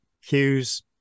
hues